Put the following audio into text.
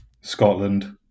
scotland